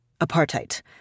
Apartheid